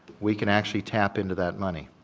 we can actually tap into that money.